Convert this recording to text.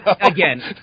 Again